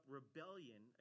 rebellion